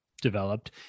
developed